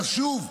חשוב,